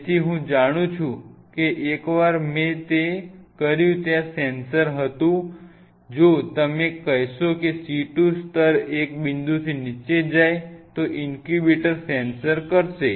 તેથી હું જાણું છું કે એકવાર મેં તે કર્યું ત્યાં સેન્સર હતું જો તમે કહેશો કે C2 સ્તર એક બિંદુથી નીચે જાય તો ઇન્ક્યુબેટર સેન્સર કરશે